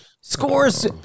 scores